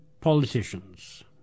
politicians